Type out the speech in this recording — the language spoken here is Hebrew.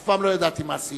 ואף פעם לא ידעתי מה הסעיפים,